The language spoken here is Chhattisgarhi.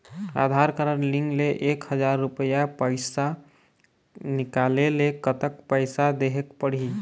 आधार कारड लिंक ले एक हजार रुपया पैसा निकाले ले कतक पैसा देहेक पड़ही?